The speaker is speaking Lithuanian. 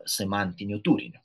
semantiniu turiniu